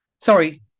sorry